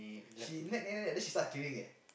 she nag nag nag then she start cleaning eh